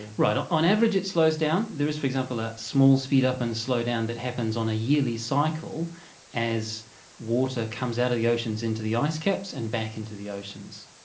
right. ah on average it slows down. there is for example a small speed up and slow down that happens on a yearly cycle as water comes out of the oceans into the icecaps and back into the oceans.